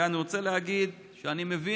ואני רוצה להגיד שאני מבין